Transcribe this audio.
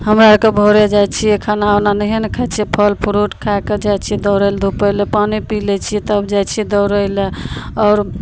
हमरा आओरके भोरे जाइ छिए खाना उना नहिए ने खाइ छिए फल फ्रूट खाके जाइ छिए दौड़ेलए धुपैलए पानि पी लै छिए तब जाइ छिए दौड़ैलए आओर